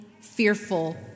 fearful